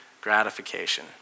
gratification